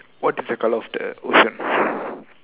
what is the colour of the ocean